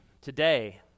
today